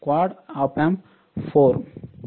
quad op amp 4